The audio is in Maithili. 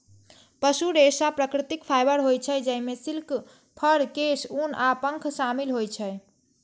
पशु रेशा प्राकृतिक फाइबर होइ छै, जइमे सिल्क, फर, केश, ऊन आ पंख शामिल होइ छै